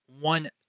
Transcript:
one